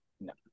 no